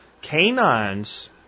canines